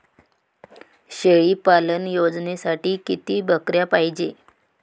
शेळी पालन योजनेसाठी किती बकऱ्या पायजे?